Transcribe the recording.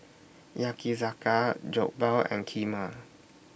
Yakizakana Jokbal and Kheema